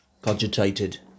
cogitated